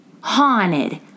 haunted